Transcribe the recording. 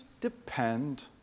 depend